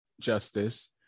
justice